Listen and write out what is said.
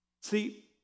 See